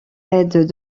aides